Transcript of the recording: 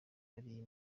bariye